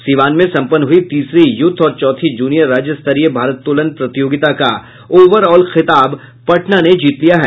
सीवान में संपन्न हयी तीसरी यूथ और चौथी जूनियर राज्य स्तरीय भारोत्तोलन प्रतियोगिता का ओवर ऑल खिताब पटना ने जीत लिया है